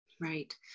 Right